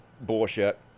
bullshit